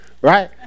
Right